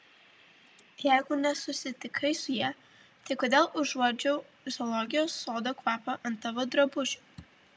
jeigu nesusitikai su ja tai kodėl užuodžiau zoologijos sodo kvapą ant tavo drabužių